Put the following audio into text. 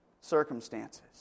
circumstances